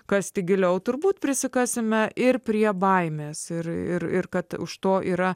kasti giliau turbūt prisikasime ir prie baimės ir ir ir kad už to yra